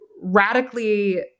radically